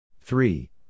three